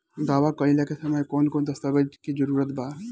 दावा कईला के समय कौन कौन दस्तावेज़ के जरूरत बा?